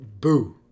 Boo